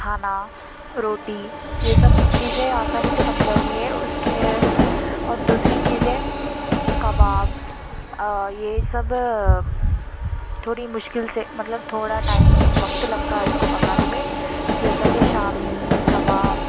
کھانا روٹی یہ سب چیزیں آسانی سے پک جاتی ہے اس کے اور دوسری چیزیں کباب یہ سب تھوری مشکل سے مطلب تھورا ٹائم وقت لگتا ہے اس کو پکانے میں جیساکہ شامی کباب